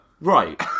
Right